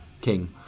King